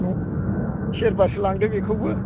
सेरबासो लांदो बेखौबो